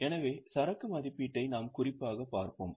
எனவே சரக்கு மதிப்பீட்டை நாம் குறிப்பாகப் பார்ப்போம்